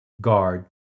guard